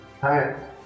Hi